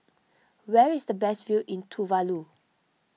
where is the best view in Tuvalu